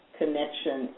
connection